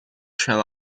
shall